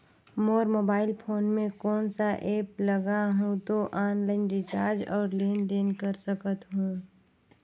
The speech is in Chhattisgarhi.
मोर मोबाइल फोन मे कोन सा एप्प लगा हूं तो ऑनलाइन रिचार्ज और लेन देन कर सकत हू?